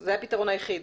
זה הפתרון היחיד?